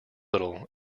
little